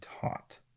taught